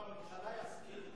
ראש הממשלה ישכיל.